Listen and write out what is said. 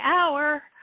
hour